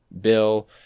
bill